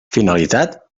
finalitat